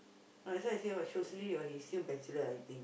right so I say what shiok sendiri or he still bachelor I think